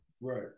Right